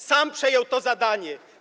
Sam przejął to zadanie.